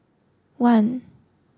one